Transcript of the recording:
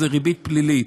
והוא ריבית פלילית,